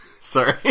Sorry